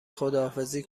خداحافظی